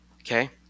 Okay